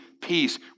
peace